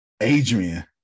Adrian